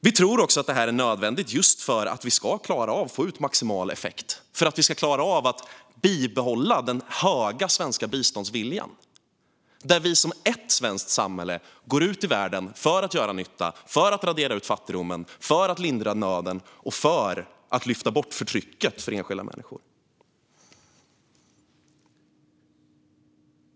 Vi tror att detta är nödvändigt för att vi ska klara av att få ut maximal effekt och kunna bibehålla den höga svenska biståndsviljan, där vi som ett svenskt samhälle går ut i världen för att göra nytta, radera ut fattigdomen, lindra nöden och lyfta bort förtrycket för enskilda människor.